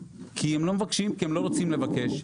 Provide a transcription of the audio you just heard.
הם לא מבקשים כי הם לא רוצים לבקש.